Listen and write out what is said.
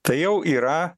tai jau yra